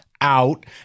out